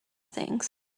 things